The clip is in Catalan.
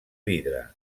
vidre